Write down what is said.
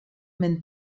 minn